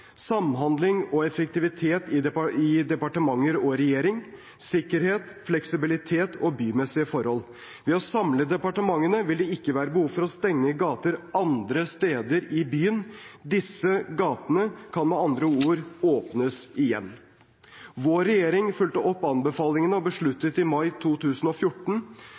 samhandling og effektivitet i departementer og regjering, sikkerhet, fleksibilitet og bymessige forhold. Ved å samle departementene vil det ikke være behov for å stenge gater andre steder i byen. Disse gatene kan med andre ord åpnes igjen. Vår regjering fulgte opp anbefalingene og besluttet i mai 2014